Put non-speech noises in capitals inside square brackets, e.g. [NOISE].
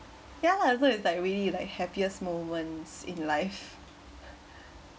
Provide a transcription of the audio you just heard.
ya lah so it's like really like happiest moments in life [BREATH]